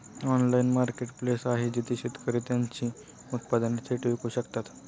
Online marketplace आहे जिथे शेतकरी त्यांची उत्पादने थेट विकू शकतात?